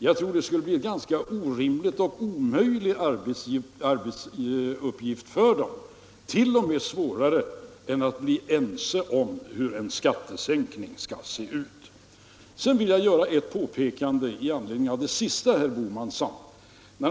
Jag tror därför att den arbetsuppgiften för utredningen skulle bli både orimlig och omöjlig — det skulle t.o.m. bli svårare än att enas om hur en skattesänkning skall se ut. Sedan vill jag göra ett påpekande med anledning av det sista som herr Bohman yttrade.